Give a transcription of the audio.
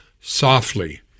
softly